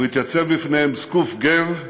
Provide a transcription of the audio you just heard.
הוא התייצב בפניהם זקוף גו,